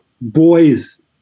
boys